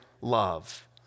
love